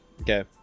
okay